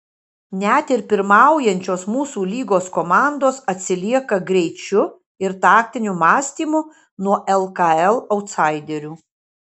net ir pirmaujančios mūsų lygos komandos atsilieka greičiu ir taktiniu mąstymu nuo lkl autsaiderių